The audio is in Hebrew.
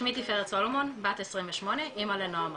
שמי תפארת סולומון בת 28, אמא לנועם,